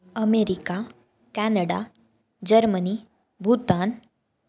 America Canada Germany Bhutan